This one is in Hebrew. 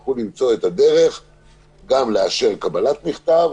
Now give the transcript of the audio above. יצטרכו למצוא את הדרך גם לאשר קבלת מכתב,